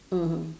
mm